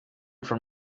from